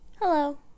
Hello